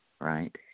right